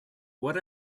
what